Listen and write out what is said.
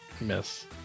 Miss